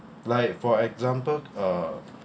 like for example uh